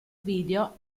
video